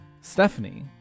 Stephanie